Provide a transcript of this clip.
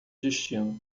destino